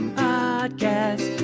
podcast